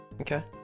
Okay